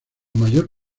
mayor